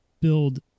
build